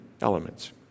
elements